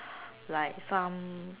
like some